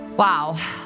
Wow